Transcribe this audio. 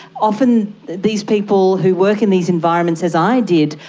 often these people who work in these environments, as i did,